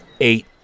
Eight